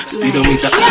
Speedometer